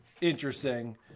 interesting